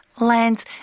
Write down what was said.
lands